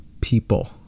people